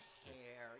hair